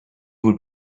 would